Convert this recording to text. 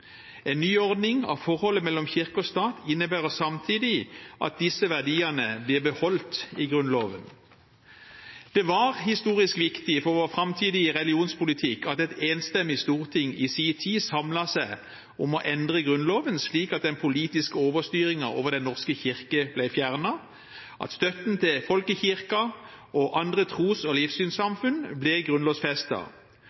En ny ordning av forholdet mellom kirke og stat innebærer samtidig at disse verdiene blir beholdt i Grunnloven. Det var historisk viktig for vår framtidige religionspolitikk at et enstemmig storting i sin tid samlet seg om å endre Grunnloven, slik at den politiske overstyringen av Den norske kirke ble fjernet, at støtten til folkekirken og andre tros- og livssynssamfunn ble